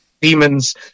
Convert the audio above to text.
demons